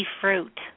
fruit